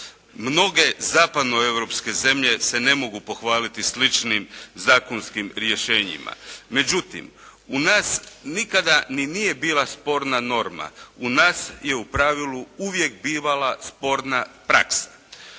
Mnoge zapadnoeuropske zemlje se ne mogu pohvaliti sličnim zakonskim rješenjima. Međutim, u nas nikada ni nije bila sporna norma, u nas je u pravilu uvijek bivala sporna praksa.